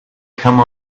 come